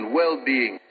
well-being